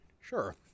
sure